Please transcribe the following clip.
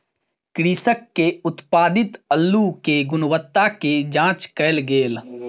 कृषक के उत्पादित अल्लु के गुणवत्ता के जांच कएल गेल